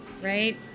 right